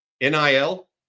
nil